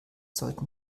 sollten